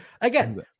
again